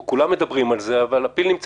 פה כולם מדברים על זה אבל הפיל נמצא